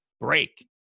Break